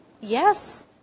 Yes